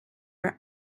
are